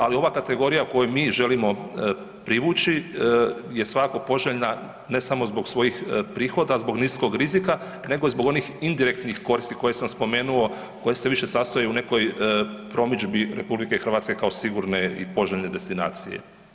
Ali ova kategorija koju mi želimo privući je svakako poželjna ne samo zbog svojih prihoda, zbog niskog rizika, nego zbog onih indirektnih koristi koje sam spomenuo koje se više sastoje u nekoj promidžbi RH kao sigurne i poželjne destinacije.